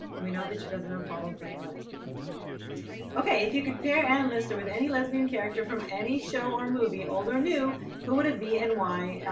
we know that she doesn't know pollen playing a lesbian okay, if you could pair analyst or with any lesbian character from any show or movie old or new who would it be and why?